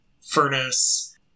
furnace